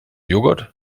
joghurt